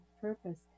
purpose